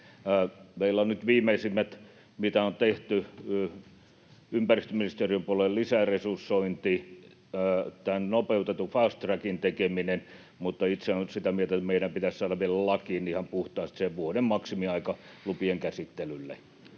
Meillä on nyt viimeisimmät, mitä on tehty ympäristöministeriön puolella, lisäresursointi, tämän nopeutetun fast trackin tekeminen, mutta itse olen nyt sitä mieltä, että meidän pitäisi saada vielä lakiin ihan puhtaasti se vuoden maksimiaika lupien käsittelylle